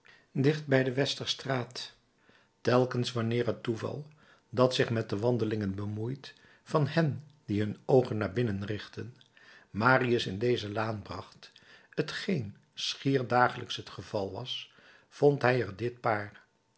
bij de westerstraat telkens wanneer het toeval dat zich met de wandelingen bemoeit van hen die hun oogen naar binnen richten marius in deze laan bracht t geen schier dagelijks het geval was vond hij er dit paar